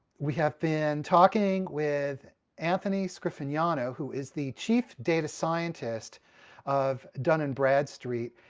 we have been talking with anthony scriffignano, who is the chief data scientist of dun and bradstreet,